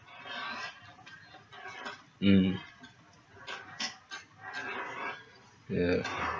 mm yeah